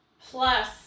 plus